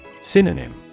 Synonym